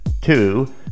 two